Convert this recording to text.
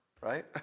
right